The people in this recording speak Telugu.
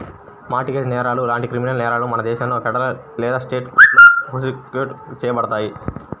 మార్ట్ గేజ్ నేరాలు లాంటి క్రిమినల్ నేరాలను మన దేశంలో ఫెడరల్ లేదా స్టేట్ కోర్టులో ప్రాసిక్యూట్ చేయబడతాయి